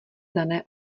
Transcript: dané